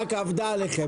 רק עבדה עליכם,